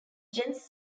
jens